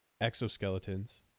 exoskeletons